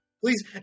please